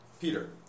Peter